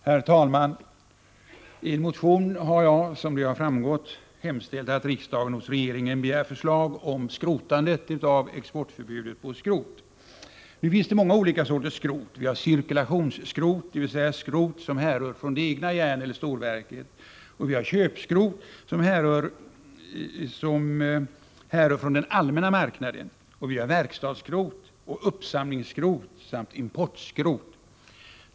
Herr talman! Som framgått har jag i en motion hemställt att riksdagen hos regeringen begär förslag om ett ”skrotande” av exportförbudet på skrot. Nu finns det många olika sorters skrot — vi har cirkulationsskrot, dvs. skrot som härrör från det egna järneller stålverket, vi har köpskrot, som härrör från den allmänna marknaden, och vi har verkstadsskrot och uppsamlingsskrot samt importskrot.